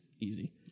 easy